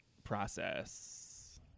process